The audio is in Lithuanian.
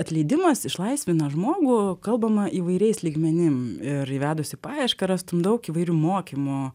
atleidimas išlaisvina žmogų kalbama įvairiais lygmenim ir įvedus į paiešką rastum daug įvairių mokymų